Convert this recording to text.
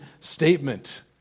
statement